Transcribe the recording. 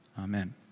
Amen